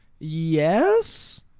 Yes